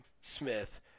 Smith